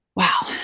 Wow